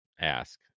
ask